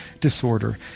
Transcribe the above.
disorder